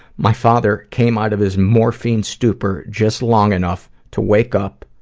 my father came out of his morphine stupor just long enough to wake up,